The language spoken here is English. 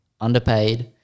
underpaid